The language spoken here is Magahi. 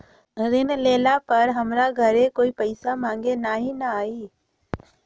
ऋण लेला पर हमरा घरे कोई पैसा मांगे नहीं न आई?